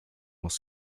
was